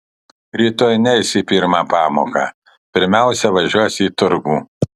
rytoj neis į pirmą pamoką pirmiausia važiuos į turgų